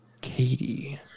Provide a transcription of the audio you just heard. Katie